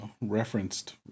referenced